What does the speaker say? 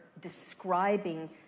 describing